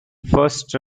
first